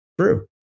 true